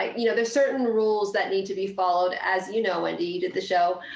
you know, there's certain rules that need to be followed as you know wendy, you did the show,